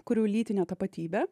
kurių lytinė tapatybė